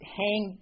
hang